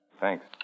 Thanks